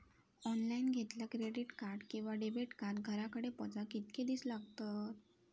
Online घेतला credit card किंवा debit card घराकडे पोचाक कितके दिस लागतत?